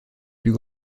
plus